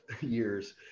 years